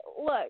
Look